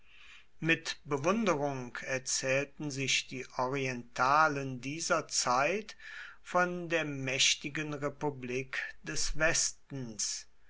mit bewunderung erzählten sich die orientalen dieser zeit von der mächtigen republik des westens